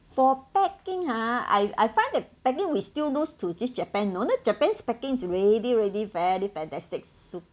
for packing hor I I find that packing we still those to these japan you know you know japan's packing is really really very fantastic sup~